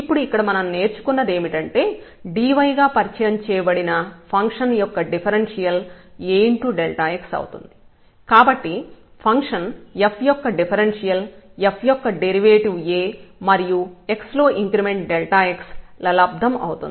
ఇప్పుడు ఇక్కడ మనం నేర్చుకున్నదేమిటంటే dy గా పరిచయం చేయబడిన ఫంక్షన్ యొక్క డిఫరెన్షియల్ Ax అవుతుంది కాబట్టి ఫంక్షన్ f యొక్క డిఫరెన్షియల్ f యొక్క డెరివేటివ్ A మరియు x లో ఇంక్రిమెంట్ x ఇది ఆర్బిట్రేరి ఇంక్రిమెంట్ ల లబ్దం అవుతుంది